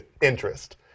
interest